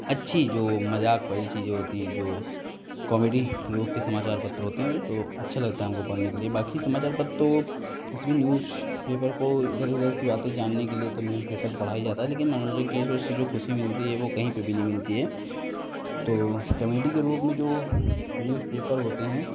अच्छी जो मज़ाक वाली चीज़ें होती हैं जो कॉमेडी ग्रुप के समाचार पत्र होते हैं तो अच्छा लगता है हमको पढ़ने के लिए बाकी समाचार पत्र तो उसमें न्यूज़पेपर को इधर उधर की बातें जानने के लिए तो न्यूजपेपर पढ़ा ही जाता है लेकिन मनोरंजक चीज़ से इससे जो ख़ुशी मिलती है वह कहीं नहीं मिलती है तो कॉमेडी के रूप में जो न्यूजपेपर होते हैं